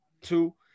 two